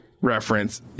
reference